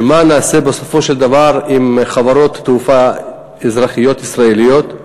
מה נעשה בסופו של דבר עם חברות תעופה אזרחיות ישראליות,